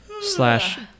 slash